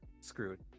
screwed